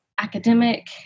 academic